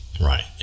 right